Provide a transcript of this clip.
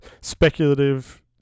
speculative